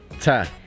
Ta